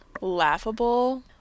laughable